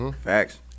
Facts